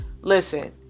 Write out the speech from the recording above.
listen